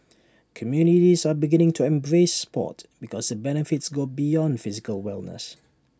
communities are beginning to embrace Sport because the benefits go beyond physical wellness